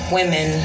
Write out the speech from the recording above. Women